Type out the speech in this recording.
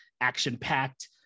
action-packed